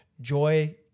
joy